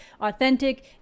authentic